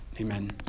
amen